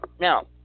now